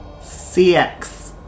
CX